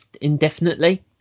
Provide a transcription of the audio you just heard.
indefinitely